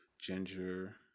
Ginger